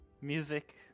Music